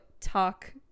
talk